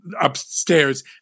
upstairs